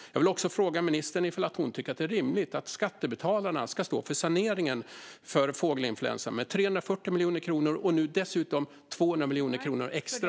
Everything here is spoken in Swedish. Jag vill också fråga ministern om hon tycker att det är rimligt att skattebetalarna ska stå för saneringen av fågelinfluensan med 340 miljoner kronor och dessutom med 200 miljoner kronor extra.